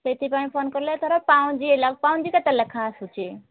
ସେଥିପାଇଁ ଫୋନ କଲି ଧର ପାଉଁଜି ହେଲା ପାଉଁଜି କେତେ ଲେଖାଁ ଆସୁଛି